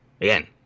again